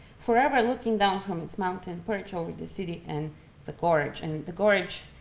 forever looking down from its mountain perch over the city and the gorge. and the gorge,